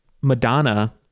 Madonna